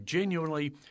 Genuinely